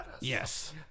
Yes